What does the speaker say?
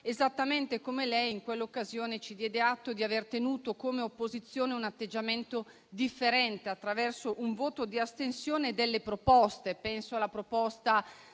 esattamente come lei in quell'occasione ci diede atto di aver tenuto come opposizione un atteggiamento differente, attraverso un voto di astensione e delle proposte.